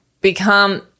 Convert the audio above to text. become